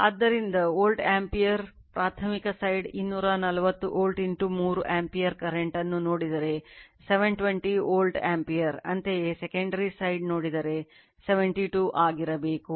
ಆದ್ದರಿಂದ ಈ voltage V2 30 volt ಮತ್ತು ಇದು 24 ಆಂಪಿಯರ್ ಆಗಿದ್ದರೆ ಅದು 720 ವೋಲ್ಟ್ ಆಂಪಿಯರ್ ಆಗಿದೆ